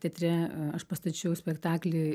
teatre aš pastačiau spektaklį